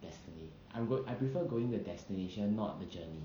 destina~ I go~ I prefer going the destination not the journey